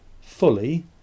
fully